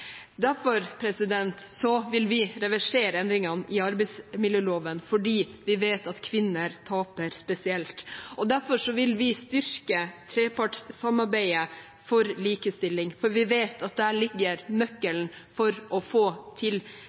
derfor vil vi reversere endringene i arbeidsmiljøloven. Vi vet at spesielt kvinner taper, og derfor vil vi styrke trepartssamarbeidet for likestilling. Vi vet at der ligger nøkkelen til